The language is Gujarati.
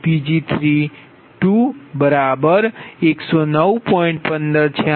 તેથી Pg2109